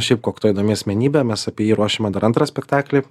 šiaip kokto įdomi asmenybė mes apie jį ruošiame dar antrą spektaklį